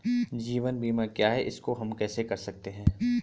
जीवन बीमा क्या है इसको हम कैसे कर सकते हैं?